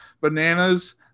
bananas